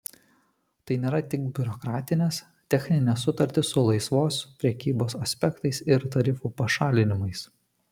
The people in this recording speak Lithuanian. tai nėra tik biurokratinės techninės sutartys su laisvos prekybos aspektais ir tarifų pašalinimais